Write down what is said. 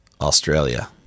Australia